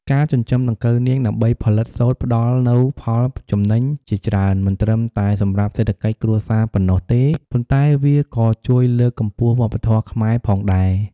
ការចិញ្ចឹមដង្កូវនាងដើម្បីផលិតសូត្រផ្ដល់នូវផលចំណេញជាច្រើន មិនត្រឹមតែសម្រាប់សេដ្ឋកិច្ចគ្រួសារប៉ុណ្ណោះទេ ប៉ុន្តែវាក៏ជួយលើកកម្ពស់វប្បធម៌ខ្មែរផងដែរ។